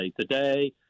Today